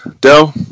Dell